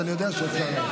אז אני יודע שאפשר להזמין.